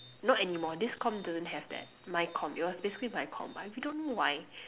not anymore this comm doesn't have that my comm it was basically my comm I we don't know why